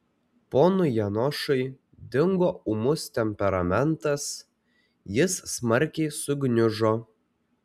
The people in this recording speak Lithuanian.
ponui janošui dingo ūmus temperamentas jis smarkiai sugniužo